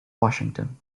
washington